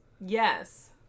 Yes